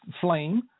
flame